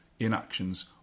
inactions